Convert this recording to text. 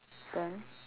then